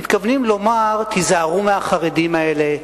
מתכוונים לומר: תיזהרו מהחרדים האלה.